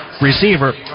receiver